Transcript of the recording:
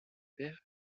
pères